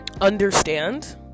understand